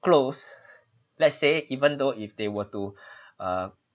close let's say even though if they were to uh